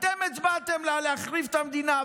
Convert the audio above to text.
אתם הצבעתם להחריב את המדינה,